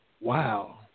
wow